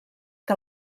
que